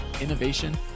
innovation